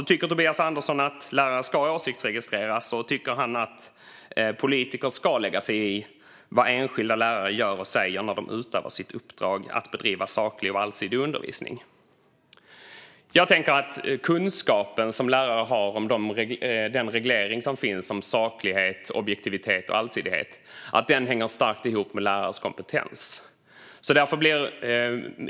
Tycker Tobias Andersson att lärare ska åsiktsregistreras, och tycker han att politiker ska lägga sig i vad enskilda lärare gör och säger när de utövar sitt uppdrag att bedriva saklig och allsidig undervisning? Jag tänker att kunskapen som lärare har om den reglering som finns om saklighet, objektivitet och allsidighet hänger starkt ihop med lärares kompetens.